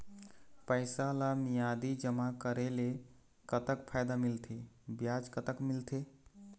पैसा ला मियादी जमा करेले, कतक फायदा मिलथे, ब्याज कतक मिलथे?